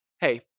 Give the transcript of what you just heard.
Hey